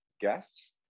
guests